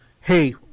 hey